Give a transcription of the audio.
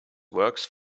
works